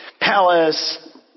palace